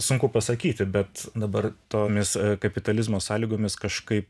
sunku pasakyti bet dabar tomis kapitalizmo sąlygomis kažkaip